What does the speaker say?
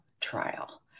trial